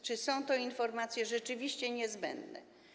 Czy są to informacje rzeczywiście niezbędne?